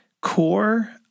core